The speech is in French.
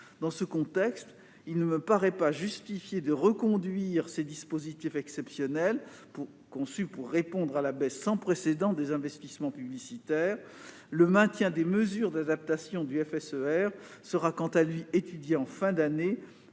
Dans ce contexte, il ne me paraît pas justifié de reconduire ces dispositifs exceptionnels, conçus pour répondre à la baisse sans précédent des investissements publicitaires. Le maintien des mesures d'adaptation du FSER sera quant à lui étudié en fin d'année,